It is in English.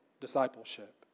discipleship